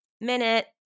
minute